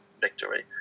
victory